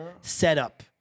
setup